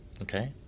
Okay